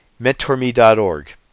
mentorme.org